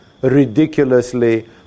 ridiculously